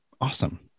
awesome